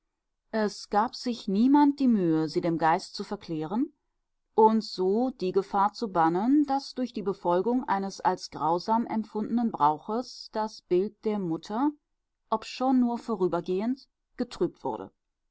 es gab sich niemand die mühe sie dem geist zu verklären und so die gefahr zu bannen daß durch die befolgung eines als grausam empfundenen brauches das bild der mutter obschon nur vorübergehend getrübt wurde